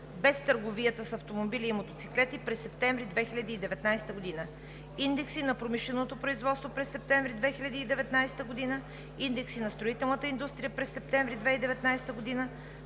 без търговията с автомобили и мотоциклети“ през септември 2019 г.; Индекси на промишленото производство през септември 2019 г.; Индекси на строителната индустрия през септември 2019 г.;